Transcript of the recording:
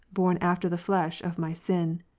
born after the flesh, of my sin.